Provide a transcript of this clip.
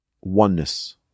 oneness